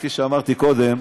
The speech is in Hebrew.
כפי שאמרתי קודם,